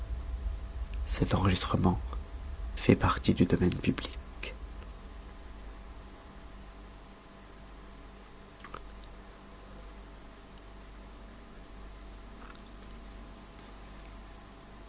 celle du public